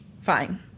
Fine